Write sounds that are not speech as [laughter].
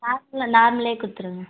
[unintelligible] normal கொடுத்துருங்க